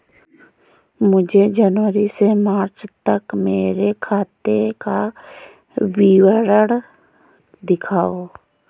मुझे जनवरी से मार्च तक मेरे खाते का विवरण दिखाओ?